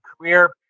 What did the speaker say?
career